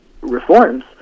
reforms